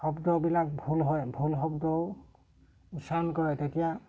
শব্দবিলাক ভুল হয় ভুল শব্দও উচ্চাৰণ কৰে তেতিয়া